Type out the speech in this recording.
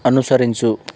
అనుసరించు